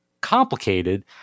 complicated